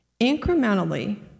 incrementally